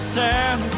town